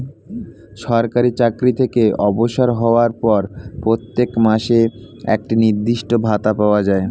সরকারি চাকরি থেকে অবসর হওয়ার পর প্রত্যেক মাসে একটি নির্দিষ্ট ভাতা পাওয়া যায়